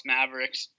Mavericks